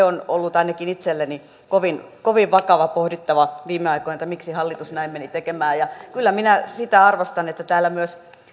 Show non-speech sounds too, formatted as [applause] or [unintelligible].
[unintelligible] on ollut ainakin itselleni kovin kovin vakava pohdittava viime aikoina että miksi hallitus näin meni tekemään kyllä minä sitä arvostan että täällä myös